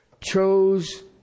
chose